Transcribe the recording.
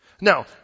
Now